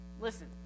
Listen